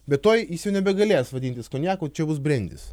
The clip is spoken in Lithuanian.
bet tuoj jis jau nebegalės vadintis konjaku čia bus brendis